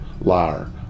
liar